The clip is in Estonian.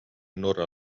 norra